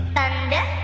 Thunder